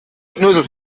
schnösel